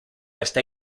está